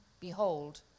behold